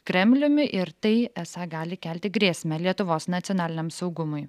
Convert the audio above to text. kremliumi ir tai esą gali kelti grėsmę lietuvos nacionaliniam saugumui